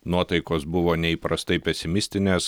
nuotaikos buvo neįprastai pesimistinės